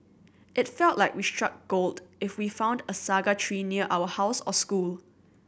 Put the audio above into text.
it felt like we struck gold if we found a saga tree near our house or school